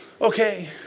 Okay